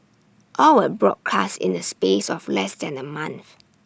all were broadcast in the space of less than A month